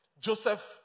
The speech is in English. Joseph